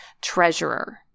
treasurer